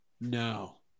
No